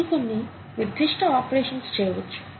మీరు కొన్ని నిర్దిష్ట ఆపరేషన్స్ చేయవచ్చు